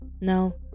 No